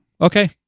Okay